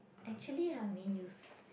actually I only use